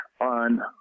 on